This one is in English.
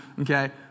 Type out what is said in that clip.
Okay